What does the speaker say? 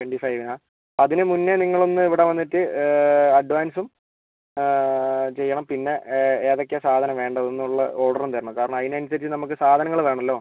twenty ഫൈവിനാ അതിന് മുന്നെ നിങ്ങൾ ഒന്ന് ഇവിടെ വന്നിട്ട് അഡ്വാൻസും ചെയ്യണം പിന്നെ ഏതൊക്കെയാണ് സാധനം വേണ്ടതെന്ന് ഉള്ള ഓർഡറും തരണം കാരണം അതിന് അനുസരിച്ച് നമുക്ക് സാധനങ്ങൾ വേണല്ലോ